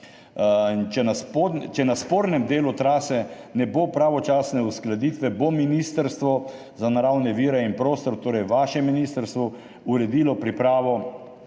če na spornem delu trase ne bo pravočasne uskladitve, bo Ministrstvo za naravne vire in prostor, torej vaše ministrstvo, uredilo pripravo